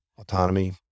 autonomy